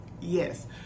yes